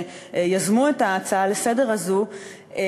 שיזמו את ההצעה הזאת לסדר-היום.